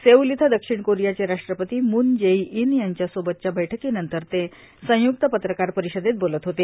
Seoul इथं दक्षिण कोरियाचे राष्ट्रपती मून जेई इन यांच्यासोबतच्या बैठकीनंतर ते संयुक्त पत्रकार परिषदेत बोलत होते